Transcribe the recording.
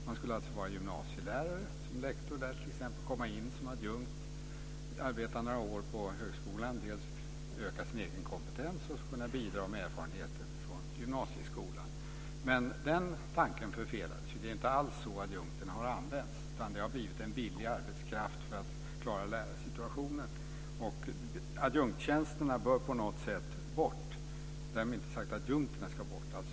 Man skulle alltså vara gymnasielärare som lektor och komma in som adjunkt och arbeta några år på högskolan för att öka sin egen kompetens och kunna bidra med erfarenheter från gymnasieskolan. Men den tanken förfelades. Det är inte alls så adjunkterna har använts. De har blivit en billig arbetskraft för att klara lärarsituationen. Adjunktstjänsterna bör tas bort på något sätt, men därmed inte sagt att adjunkterna ska bort.